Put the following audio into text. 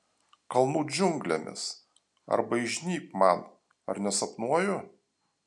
kalnų džiunglėmis arba įžnybk man ar nesapnuoju